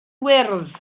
wyrdd